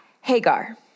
Hagar